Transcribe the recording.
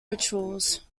rituals